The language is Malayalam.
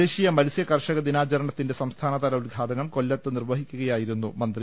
ദേശീയ മത്സ്യകർഷക ദിനാചരണത്തിന്റെ സംസ്ഥാന തല ഉദ്ഘാടനം കൊല്ലത്ത് നിർവഹിക്കുകയായിരുന്നു മന്ത്രി